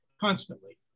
constantly